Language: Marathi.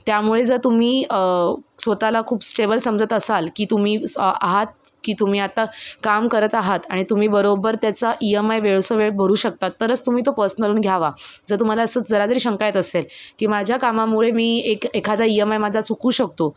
त्यामुळे जर तुम्ही स्वतःला खूप स्टेबल समजत असाल की तुम्ही आहात की तुम्ही आता काम करत आहात आणि तुम्ही बरोबर त्याचा ई एम आय वेळोसं वेळ भरू शकतात तरच तुम्ही तो पर्सनलून घ्यावा जर तुम्हाला असं जरा जरी शंका येत असेल की माझ्या कामामुळे मी एक एखादा ई एम आय माझा चुकू शकतो